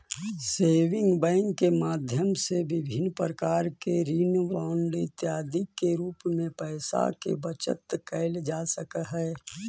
saving bank के माध्यम से विभिन्न प्रकार के ऋण बांड इत्यादि के रूप में पैइसा के बचत कैल जा सकऽ हइ